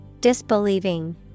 disbelieving